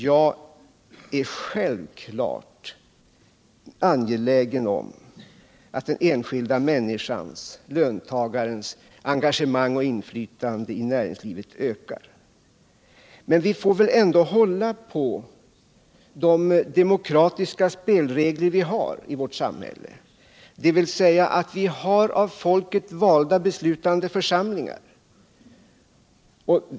Jag är självfallet angelägen om att den enskilda människans, löntagarens, engagemang och inflytande i näringslivet ökar. Men vi får väl ändå hålla på de demokratiska spelregler vi har i vårt samhälle, att vi har av folket valda beslutande församlingar.